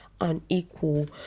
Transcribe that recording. Unequal